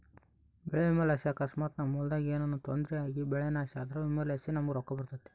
ಬೆಳೆ ವಿಮೆಲಾಸಿ ಅಕಸ್ಮಾತ್ ನಮ್ ಹೊಲದಾಗ ಏನನ ತೊಂದ್ರೆ ಆಗಿಬೆಳೆ ನಾಶ ಆದ್ರ ವಿಮೆಲಾಸಿ ನಮುಗ್ ರೊಕ್ಕ ಬರ್ತತೆ